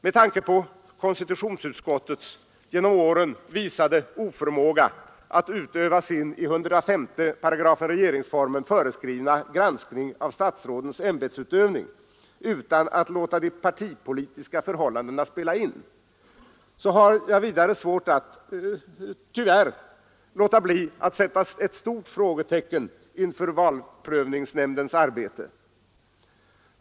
Med tanke på konstitutionsutskottets genom åren visade oförmåga att utöva sin i 105 § regeringsformen föreskrivna granskning av statsrådens ämbetsutövning utan att låta de partipolitiska förhållandena spela in, har jag vidare, tyvärr, svårt att låta bli att sätta ett stort frågetecken inför valprövningsnämndens arbete.